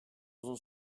uzun